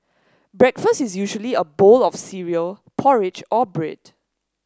breakfast is usually a bowl of cereal porridge or bread